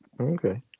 okay